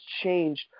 changed